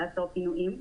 לעצור פינויים.